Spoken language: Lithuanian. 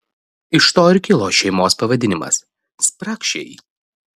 iš to ir kilo šeimos pavadinimas spragšiai